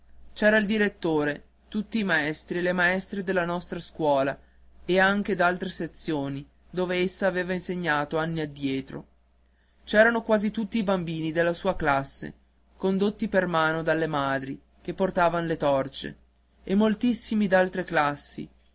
c'era il direttore tutti i maestri e le maestre della nostra scuola e anche d'altre sezioni dove essa aveva insegnato anni addietro c'erano quasi tutti i bambini della sua classe condotti per mano dalle madri che portavan le torcie e moltissimi d'altre classi